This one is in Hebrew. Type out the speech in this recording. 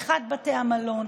פתיחת בתי המלון,